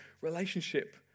relationship